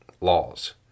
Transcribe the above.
laws